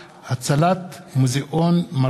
בעקבות דיון מהיר